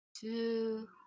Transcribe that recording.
two